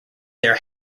their